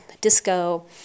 disco